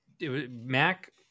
Mac